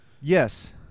yes